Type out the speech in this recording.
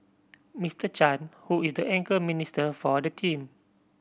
Mister Chan who is the anchor minister for the team